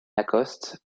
lacoste